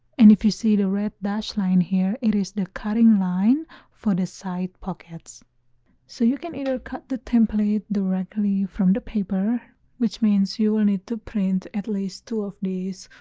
and if you see the red dashed line here. it is the cutting line for the side pockets so you can either cut the template directly from the paper which means you will need to print at least two of these,